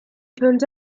turned